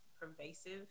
pervasive